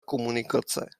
komunikace